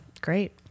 great